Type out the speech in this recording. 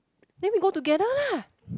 then we go together lah